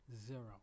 Zero